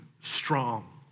strong